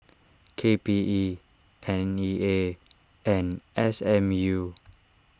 K P E N E A and S M U